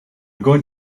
going